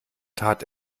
tat